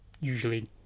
usually